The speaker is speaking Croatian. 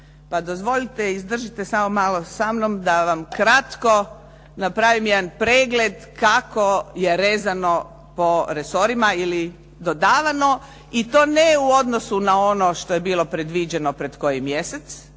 Da dozvolite, izdržite samo malo sa mnom da vam kratko napravim jedan pregled kako je rezano po resorima ili dodavano i to ne u odnosu na ono što je bilo predviđeno pred koji mjesec